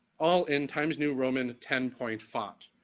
all in times new roman, ten point-font,